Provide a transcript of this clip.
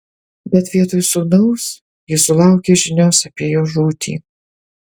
bet vietoj sūnaus ji sulaukė žinios apie jo žūtį